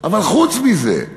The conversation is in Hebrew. אבל חוץ מזה?